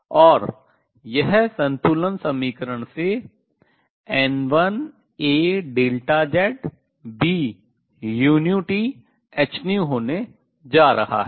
और यह संतुलन समीकरण से n1aZBuThν होने जा रहा है